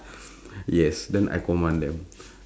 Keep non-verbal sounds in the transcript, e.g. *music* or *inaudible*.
*breath* yes then I command them *breath*